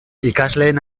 ikasleen